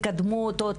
תקדמו אותו,